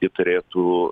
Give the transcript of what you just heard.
ji turėtų